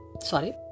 sorry